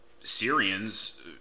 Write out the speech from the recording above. Syrians